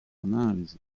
analisi